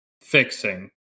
fixing